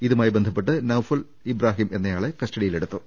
ഇതുമായി ബന്ധപ്പെട്ട് നൌഫൽ ഇബ്രാഹിം എന്നയാളെ കസ്റ്റഡിയിലെടുത്തു